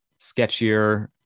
sketchier